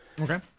Okay